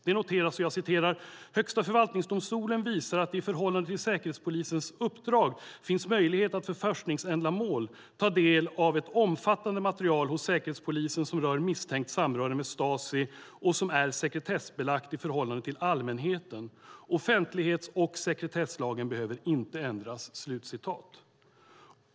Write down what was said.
Det noteras: "Högsta förvaltningsdomstolen visar att det i förhållande till Säkerhetspolisens uppdrag finns möjlighet att för forskningsändamål ta del av ett omfattande material hos Säkerhetspolisen som rör misstänkt samröre med Stasi och som är sekretessbelagt i förhållande till allmänheten. Offentlighets och sekretesslagen behöver därför inte ändras."